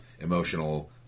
emotional